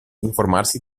informarsi